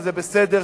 וזה בסדר,